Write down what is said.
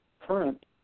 current